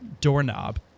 doorknob